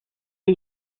est